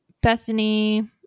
Bethany